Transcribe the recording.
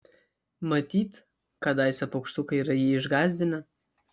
matyt kadaise paukštukai yra jį išgąsdinę